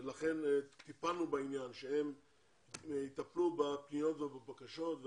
לכן טיפלנו בעניין, שהם יטפלו בפניות ובבקשות.